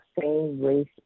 same-race